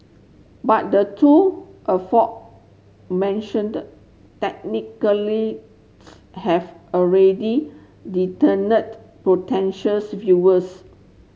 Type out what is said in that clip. but the two aforementioned technically have already potentials viewers